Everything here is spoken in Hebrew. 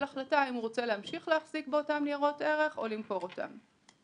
החלטה אם הוא רוצה להמשיך ולהחזיק באותן ניירות ערך או למכור אותן.